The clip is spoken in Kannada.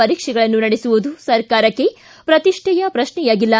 ಪರೀಕ್ಷೆಗಳನ್ನು ನಡೆಸುವುದು ಸರ್ಕಾರಕ್ಕೆ ಪ್ರತಿಷ್ಠೆಯ ಪ್ರಶ್ನೆಯಾಗಿಲ್ಲ